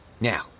Now